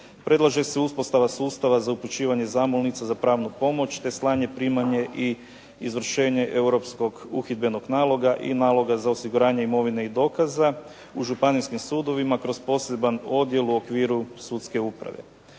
Predlaže se uspostava sustava za uključivanje zamolnica za pravnu pomoć te slanje, primanje i izvršenje europskog uhidbenog naloga i naloga za osiguranje imovine i dokaza u županijskim sudovima kroz poseban odjel u okviru sudske uprave.